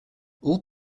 all